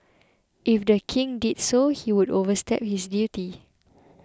if the King did so he would overstep his duty